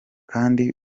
kandi